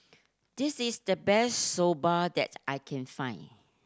this is the best Soba that I can find